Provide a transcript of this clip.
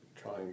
trying